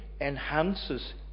enhances